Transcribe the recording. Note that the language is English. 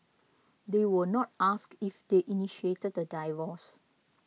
they were not asked if they initiated the divorce